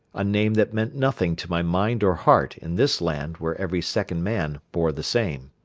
a name that meant nothing to my mind or heart in this land where every second man bore the same.